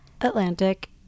Atlantic